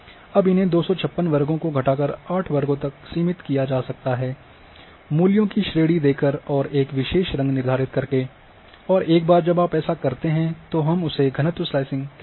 अब इन्हें 256 वर्गों को घटाकर 8 वर्गों तक सीमित किया जा सकता है मूल्यों की श्रेणी देकर और एक विशेष रंग निर्धारित करके और एक बार जब आप ऐसा करते हैं तो हम उसे घनत्व स्लाइसिंग कहते हैं